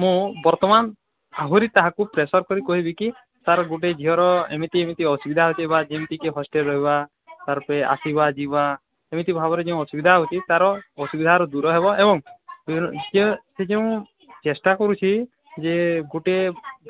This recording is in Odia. ମୁଁ ବର୍ତ୍ତମାନ ଆହୁରି କାହାକୁ ପ୍ରେସର୍ କରି କହିବି କି ସାର୍ ଗୋଟେ ଝିଅର ଏମିତି ଏମିତି ଅସୁବିଧା ଅଛି ବା ଯେମିତି କି ହଷ୍ଟେଲରେ ରହିବା ତା'ର ଆସିବା ଯିବା ଏମିତି ଭାବରେ ଯେଉଁ ଅସୁବିଧା ହେଉଛି ତା'ର ଅସୁବିଧା ଦୂର ହେବ ଏବଂ ସେ ଯେଉଁ ଚେଷ୍ଟା କରୁଛି ଯେ ଗୋଟେ